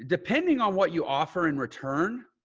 depending on what you offer in return,